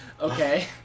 Okay